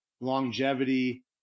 longevity